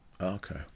Okay